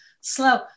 slow